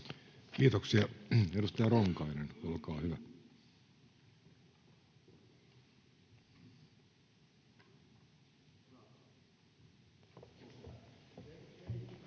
Kiitoksia. — Edustaja Ronkainen, olkaa hyvä.